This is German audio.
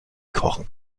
kochen